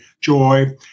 Joy